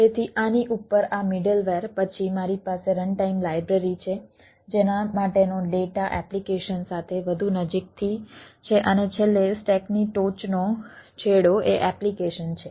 તેથી આની ઉપર આ મિડલવેર પછી મારી પાસે રનટાઈમ લાઈબ્રેરી છે જેના માટેનો ડેટા એપ્લિકેશન સાથે વધુ નજીકથી છે અને છેલ્લે સ્ટેકની ટોચનો છેડો એ એપ્લિકેશન છે